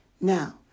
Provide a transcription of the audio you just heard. Now